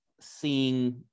seeing